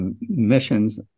missions